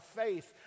faith